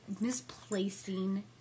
misplacing